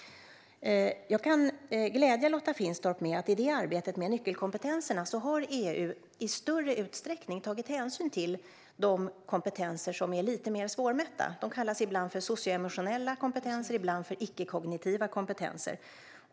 Jag kan glädja Lotta Finstorp med att i arbetet med nyckelkompetenser har EU i större utsträckning tagit hänsyn till de kompetenser som är lite mer svårmätta. De kallas ibland socioemotionella kompetenser, ibland icke-kognitiva kompetenser.